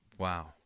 Wow